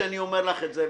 שאני אומר לך את זה,